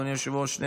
אדוני היושב-ראש,